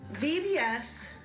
VBS